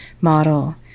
model